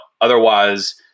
otherwise